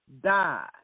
died